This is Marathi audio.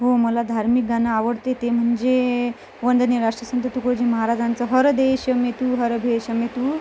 हो मला धार्मिक गाणं आवडते ते म्हणजे वंदनीय राष्ट्रीय संत तुकडोजी महाराजांचं हर देश मे तू हर भेश मे तू